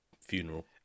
funeral